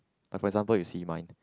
like for example you see mine